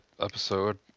episode